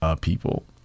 people